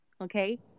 okay